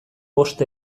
bost